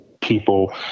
people